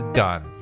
done